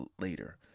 later